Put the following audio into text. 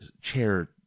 chair